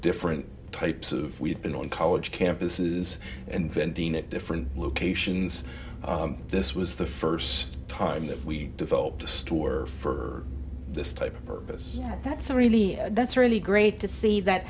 different types of we've been on college campuses and vending at different locations this was the first time that we developed a store for this type of service that's a really that's really great to see that